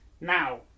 Now